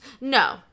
No